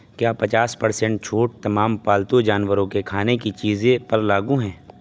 کیا پچاس پرسنٹ چھوٹ تمام پالتوں جانوروں کے کھانے کی چیزیں پر لاگو ہیں